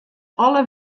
alle